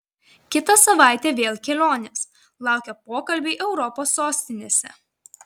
kitą savaitę vėl kelionės laukia pokalbiai europos sostinėse